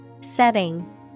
Setting